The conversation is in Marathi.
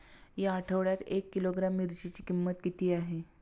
या आठवड्यात एक किलोग्रॅम मिरचीची किंमत किती आहे?